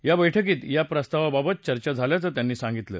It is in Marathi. या बैठकीत या प्रस्तावाबाबत चर्चा झाल्याचं त्यांनी सांगितलं